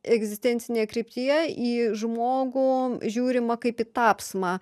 egzistencinėje kryptyje į žmogų žiūrima kaip į tapsmą